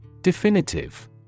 Definitive